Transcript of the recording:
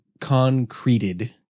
concreted